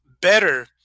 better